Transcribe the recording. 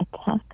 attack